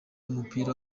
w’umupira